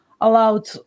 allowed